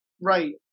Right